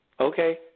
Okay